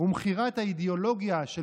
ומכירת האידיאולוגיה של